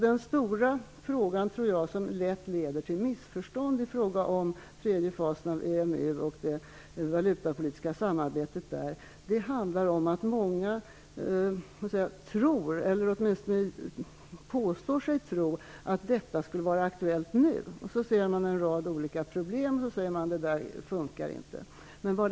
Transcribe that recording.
Den stora frågan som lätt leder till missförstånd när det gäller den tredje fasen av EMU och det valutapolitiska samarbetet handlar om att många tror eller åtminstone påstår sig tro att detta skulle vara aktuellt nu. Man radar upp en mängd problem och säger att det inte fungerar.